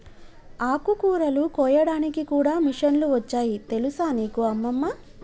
ఆకుకూరలు కోయడానికి కూడా మిషన్లు వచ్చాయి తెలుసా నీకు అమ్మమ్మ